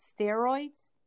steroids